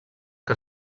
que